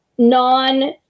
non